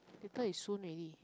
later is soon already